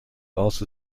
also